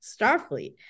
Starfleet